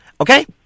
Okay